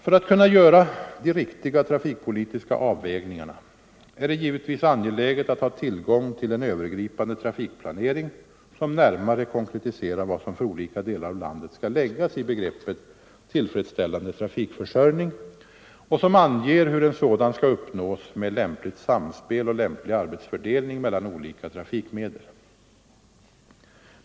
För att kunna göra de riktiga trafikpolitiska avvägningarna är det givetvis angeläget att ha tillgång till en övergripande trafikplanering, som närmare konkretiserar vad som för olika delar av landet skall läggas i begreppet tillfredsställande trafikförsörjning och som anger hur en sådan skall uppnås med lämpligt samspel och lämplig arbetsfördelning mellan olika trafikmedel.